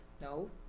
No